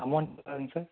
amount எவ்வளோங்க sir